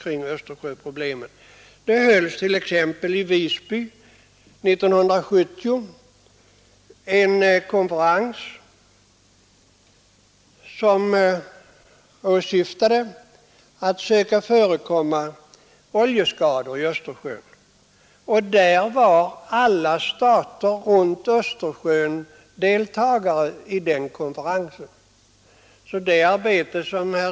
År 1970 hölls sålunda i Visby en konferens som syftade till att fö I den konferensen deltog staterna runt Östersj öka förekomma oljeskador i Östersjön.